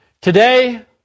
Today